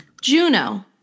Juno